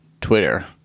Twitter